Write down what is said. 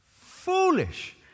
foolish